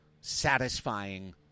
satisfying